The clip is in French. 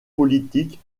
politiques